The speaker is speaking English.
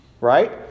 Right